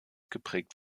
geprägt